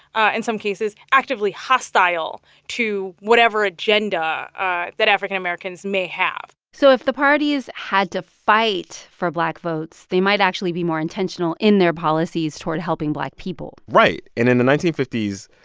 ah in some cases, actively hostile to whatever agenda that african americans may have so if the parties had to fight for black votes, they might actually be more intentional in their policies toward helping black people right. and in the nineteen fifty s,